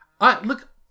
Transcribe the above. Look